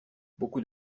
beaucoup